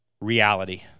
reality